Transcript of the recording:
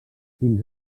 fins